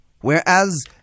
Whereas